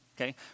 Okay